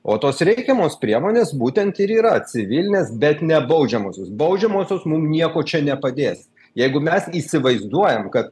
o tos reikiamos priemonės būtent ir yra civilinės bet ne baudžiamosios baudžiamosios mum nieko čia nepadės jeigu mes įsivaizduojam kad